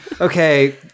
Okay